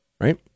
Right